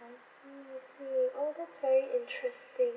I see I see oh that's very interesting